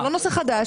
זה לא נושא חדש.